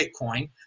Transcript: Bitcoin